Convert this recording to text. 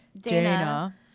Dana